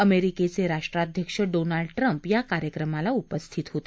अमेरिकेचे राष्ट्राध्यक्ष Donald Trump या कार्यक्रमाला उपस्थित होते